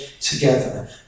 together